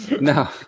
No